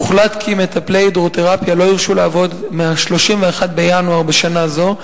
הוחלט כי מטפלי הידרותרפיה לא יורשו לעבוד מ-31 בינואר בשנה זו,